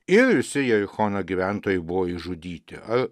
ir visi jerichono gyventojai buvo išžudyti ar